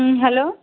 হুম hello